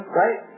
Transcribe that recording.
right